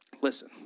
listen